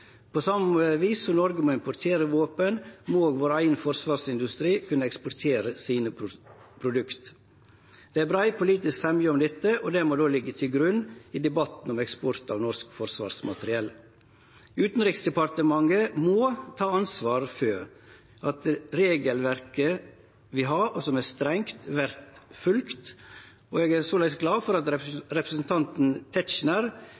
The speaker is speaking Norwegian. På same vis som Noreg må importere våpen, må òg vår eigen forsvarsindustri kunne eksportere sine produkt. Det er brei politisk semje om dette, og det må liggje til grunn i debatten om eksport av norsk forsvarsmateriell. Utanriksdepartementet må ta ansvar for at regelverket vi har, og som er strengt, vert følgt. Eg er såleis glad for at